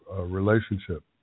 relationship